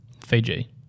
Fiji